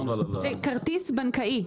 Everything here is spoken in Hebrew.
זה כרטיס בנקאי.